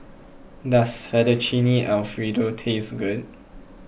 does Fettuccine Alfredo taste good